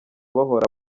bahora